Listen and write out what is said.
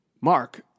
Mark